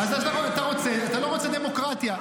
אז אתה לא רוצה דמוקרטיה.